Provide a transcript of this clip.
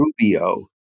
Rubio